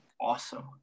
awesome